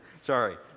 Sorry